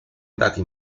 andati